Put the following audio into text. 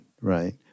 right